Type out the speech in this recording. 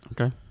Okay